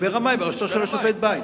משבר המים, בראשותו של השופט ביין.